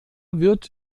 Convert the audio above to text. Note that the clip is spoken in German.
wird